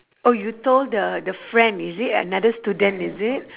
oh you told the the friend is it another student is it